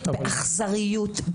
באכזריות,